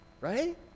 right